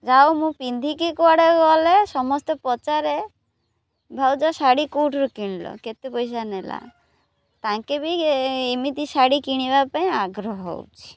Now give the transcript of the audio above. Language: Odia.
ଯାହଉ ମୁଁ ପିନ୍ଧିକି କୁଆଡ଼େ ଗଲେ ସମସ୍ତେ ପଚାରେ ଭାଉଜ ଶାଢ଼ୀ କେଉଁଠାରୁ କିଣିଲ କେତେ ପଇସା ନେଲା ତାଙ୍କେ ବି ଏମିତି ଶାଢ଼ୀ କିଣିବା ପାଇଁ ଆଗ୍ରହ ହେଉଛି